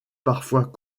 parfois